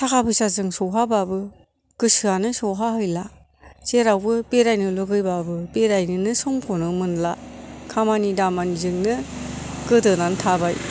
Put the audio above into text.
थाखा फैसाजों सौहाबाबो गोसोयानो सौहा हैला जेरावबो बेरायनो लुबैबाबो बेरायनोनो समखौनो मोनला खामानि दामानिजोंनो गोदोनानै थाबाय